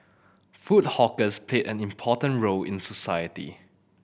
food hawkers played an important role in society